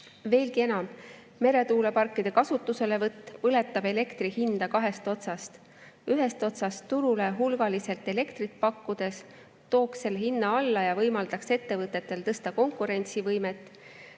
Veelgi enam, meretuuleparkide kasutuselevõtt põletab elektri hinda kahest otsast: ühest otsast turule hulgaliselt elektrit pakkudes tooks seal hinna alla ja võimaldaks ettevõtetel tõsta konkurentsivõimet,